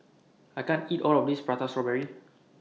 I can't eat All of This Prata Strawberry